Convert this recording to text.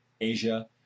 Asia